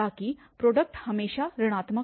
ताकि प्रोडक्ट हमेशा ऋणात्मक हो